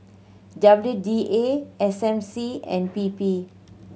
W D A S M C and P P